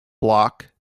block